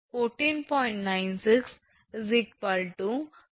96 54